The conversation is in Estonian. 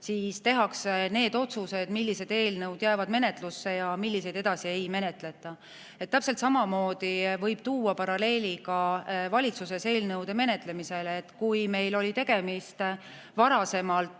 siis tehakse otsused, millised eelnõud jäävad menetlusse ja milliseid edasi ei menetleta. Täpselt samamoodi võib tuua paralleeli valitsuses eelnõude menetlemisega. Kui meil oli varasemalt